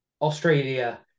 Australia